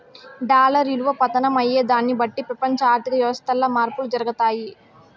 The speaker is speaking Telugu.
డాలర్ ఇలువ పతనం అయ్యేదాన్ని బట్టి పెపంచ ఆర్థిక వ్యవస్థల్ల మార్పులు జరగతాయి